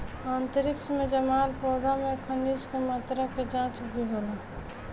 अंतरिक्ष में जामल पौधा में खनिज के मात्रा के जाँच भी होला